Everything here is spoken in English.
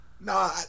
No